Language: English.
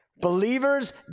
Believers